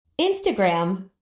Instagram